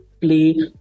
play